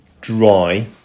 dry